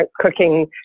cooking